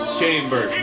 chamber